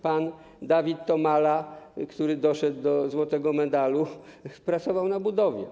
Pan Dawid Tomala, który doszedł do złotego medalu, pracował na budowie.